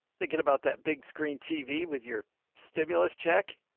thinking about that big screen tv with your stimulus check.